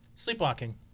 Sleepwalking